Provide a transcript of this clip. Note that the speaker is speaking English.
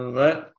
right